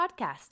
podcast